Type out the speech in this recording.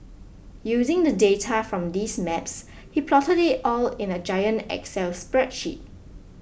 using the data from these maps he plotted it all in a giant excel spreadsheet